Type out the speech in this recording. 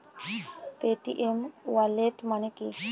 Paytm wallet মানে কি?